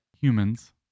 humans